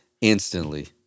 Instantly